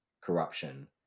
corruption